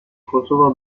kosova